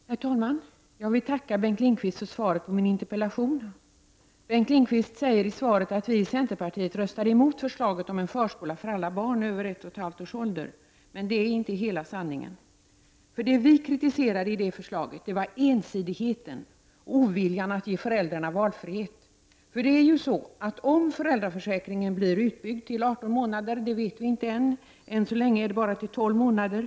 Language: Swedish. Herr talman! Jag vill tacka Bengt Lindqvist för svaret på min interpellation. Bengt Lindqvist säger i sitt svar att vi i centerpartiet röstade emot förslaget om en förskola för alla barn över ett och ett halvt års ålder, men det är inte hela sanningen. Det som vi kritiserade i förslaget var ensidigheten och oviljan att ge föräldrarna valfrihet. Om föräldraförsäkringen blir utbyggd till 18 månader vet vi inte än — än så länge omfattar den bara 12 månader.